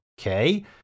okay